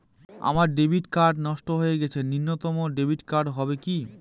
আমার debit card নষ্ট হয়ে গেছে নূতন ডেবিট কার্ড হবে কি?